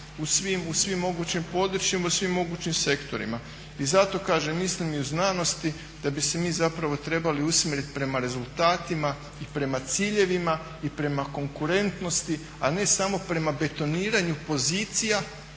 u svim mogućim područjima i u svim mogućim sektorima. I zato kažem mislim i u znanosti da bi se mi zapravo trebali usmjeriti prema rezultatima i prema ciljevima i prema konkurentnosti, a ne samo prema betoniranju pozicija